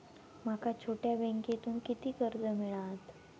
माका छोट्या बँकेतून किती कर्ज मिळात?